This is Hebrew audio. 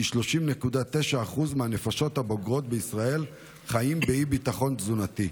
30.9% מהנפשות הבוגרות בישראל חיים באי-ביטחון תזונתי,